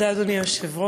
תודה, אדוני היושב-ראש.